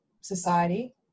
society